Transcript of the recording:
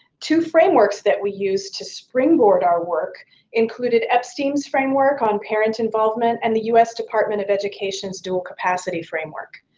two frameworks that we used to springboard our work included epstein's framework on parent involvement and the u s. department of education's dual capacity framework.